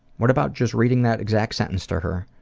what about just reading that exact sentence to her?